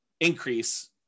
increase